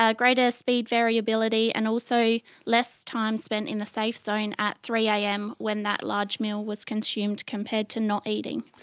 ah greater speed variability and also less time spent in the safe zone at three am when that large meal was consumed compared to not eating.